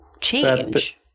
change